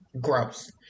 gross